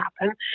happen